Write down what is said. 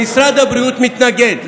משרד הבריאות מתנגד.